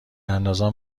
اندازان